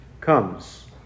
comes